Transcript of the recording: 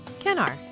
Kenar